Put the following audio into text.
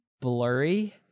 blurry